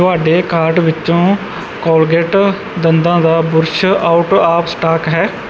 ਤੁਹਾਡੇ ਕਾਰਟ ਵਿੱਚੋਂ ਕੋਲਗੇਟ ਦੰਦਾਂ ਦਾ ਬੁਰਸ਼ ਆਊਟ ਆਫ਼ ਸਟਾਕ ਹੈ